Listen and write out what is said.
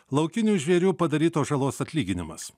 laukinių žvėrių padarytos žalos atlyginimas